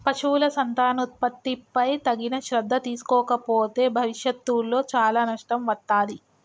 పశువుల సంతానోత్పత్తిపై తగిన శ్రద్ధ తీసుకోకపోతే భవిష్యత్తులో చాలా నష్టం వత్తాది